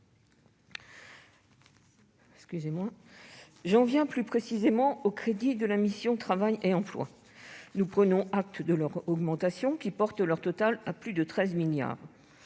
J'en viens plus précisément aux crédits de la mission « Travail et emploi ». Nous prenons acte de leur augmentation, qui porte leur total à plus de 13 milliards